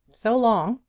so long!